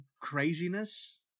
craziness